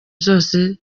zose